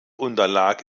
unterlag